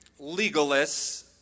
legalists